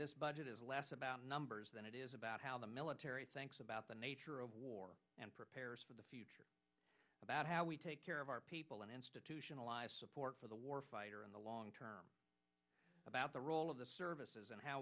this budget is less about numbers than it is about how the military thanks about the nature of war and prepares for the future about how we take care of our people and institutionalize support for the war fighter in the long term about the role of the services and how